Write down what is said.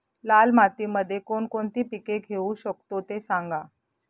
लाल मातीमध्ये कोणकोणती पिके घेऊ शकतो, ते सांगा